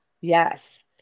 Yes